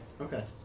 Okay